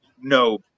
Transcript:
no